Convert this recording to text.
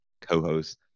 co-host